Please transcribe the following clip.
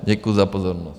Děkuji za pozornost.